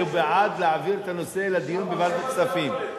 שהוא בעד להעביר את הנושא לדיון בוועדת כספים.